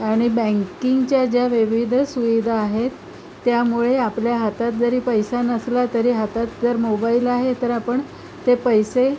आणि बँकिंगच्या ज्या विविध सुविधा आहेत त्यामुळे आपल्या हातात जरी पैसा नसला तरी हातात जर मोबाईल आहे तर आपण ते पैसे